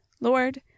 Lord